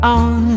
on